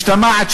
משתמעת,